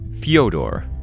Fyodor